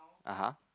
(uh huh)